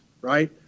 right